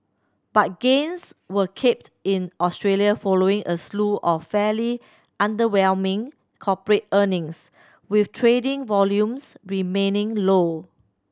but gains were capped in Australia following a slew of fairly underwhelming corporate earnings with trading volumes remaining low